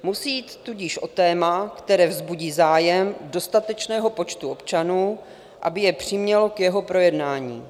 Musí jít tudíž o téma, které vzbudí zájem dostatečného počtu občanů, aby je přimělo k jeho projednání.